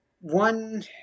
One